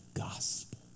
gospel